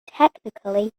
technically